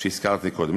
שהזכרתי קודם.